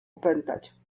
opętać